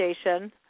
station